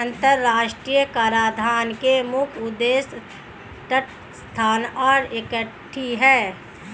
अंतर्राष्ट्रीय कराधान के मुख्य उद्देश्य तटस्थता और इक्विटी हैं